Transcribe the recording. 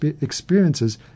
experiences